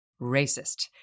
Racist